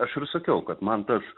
aš ir sakiau kad man tas